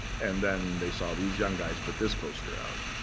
and then they saw these young guys put this poster out,